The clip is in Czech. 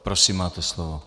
Prosím, máte slovo.